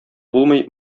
булмый